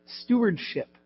Stewardship